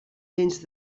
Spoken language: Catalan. dents